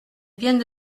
viennent